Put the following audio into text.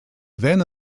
then